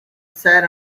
sad